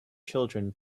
children